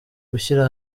gushyira